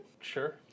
Sure